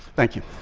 thank you.